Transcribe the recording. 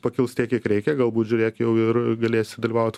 pakils tiek kiek reikia galbūt žiūrėk jau ir galėsi dalyvaut